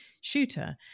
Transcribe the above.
shooter